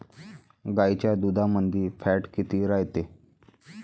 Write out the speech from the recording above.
गाईच्या दुधामंदी फॅट किती रायते?